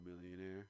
millionaire